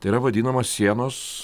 tai yra vadinamos sienos